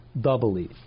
doubly